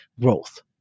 growth